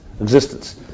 existence